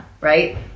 right